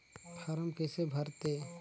Form कइसे भरते?